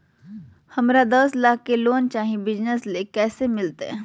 हमरा दस लाख के लोन चाही बिजनस ले, कैसे मिलते?